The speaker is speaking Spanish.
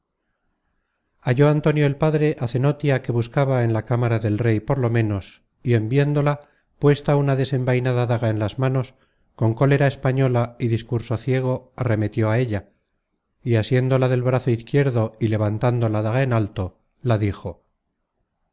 halló antonio el padre á la cenotia que buscaba en la cámara del rey por lo ménos y en viéndola puesta una desenvainada daga en las manos con cólera española y discurso ciego arremetió á ella y asiéndola del brazo izquierdo y levantando la daga en alto la dijo